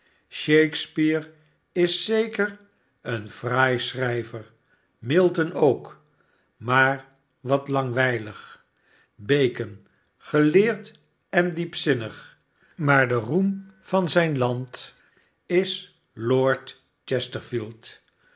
shakespeare is zeker een fraai schrijver milton ook maar wat langwijlig bacon geleerd en dieffzinnig maar de roem van zijn land is lord chesterfield